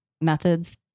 methods